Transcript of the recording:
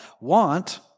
want